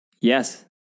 Yes